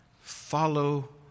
follow